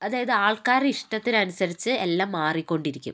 അതായത് ആൾക്കാരുടെ ഇഷ്ടത്തിനനുസരിച്ച് എല്ലാം മാറിക്കൊണ്ടിരിക്കും